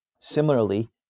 Similarly